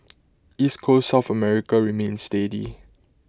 East Coast south America remained steady